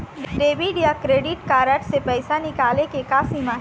Debit या credit card से पैसा निकाले के का सीमा हे?